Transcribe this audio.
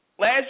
Last